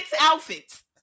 outfits